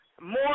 more